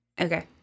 okay